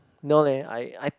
no leh I I